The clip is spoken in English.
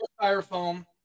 styrofoam